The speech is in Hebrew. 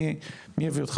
מי הביא אותך,